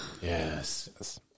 yes